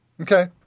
Okay